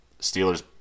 Steelers